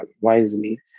wisely